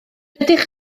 ydych